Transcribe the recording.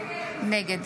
נגד